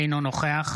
אינו נוכח